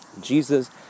Jesus